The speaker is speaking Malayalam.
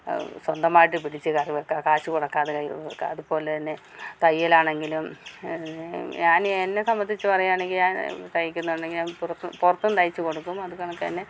സ്വന്തമായിട്ട് പിടിച്ച് കറിവയ്ക്കുക കാശ് കൊടുക്കാതെ അതുപോലെ തന്നെ തയ്യലാണെങ്കിലും ഞാൻ എന്നെ സംബന്ധിച്ച് പറയുവാണെങ്കിൽ ഞാൻ തയ്ക്കുന്നുണ്ടെങ്കിൽ ഞാൻ പുറത്ത് പുറത്തും തയ്ച്ച് കൊടുക്കും അതുകണക്ക് തന്നെ